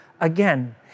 again